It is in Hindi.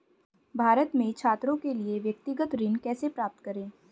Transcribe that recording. भारत में छात्रों के लिए व्यक्तिगत ऋण कैसे प्राप्त करें?